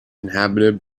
inhabited